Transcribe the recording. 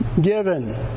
given